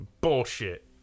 bullshit